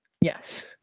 Yes